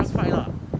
just fight lah